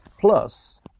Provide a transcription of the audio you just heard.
Plus